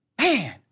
Man